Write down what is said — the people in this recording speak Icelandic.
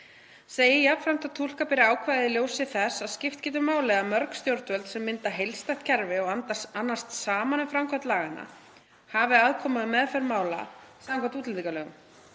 Segir jafnframt að túlka beri ákvæðið í ljósi þess að skipt getur máli að mörg stjórnvöld, sem mynda heildstætt kerfi og annast saman um framkvæmd laganna, hafi aðkomu að meðferð mála samkvæmt útlendingalögum.